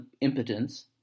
impotence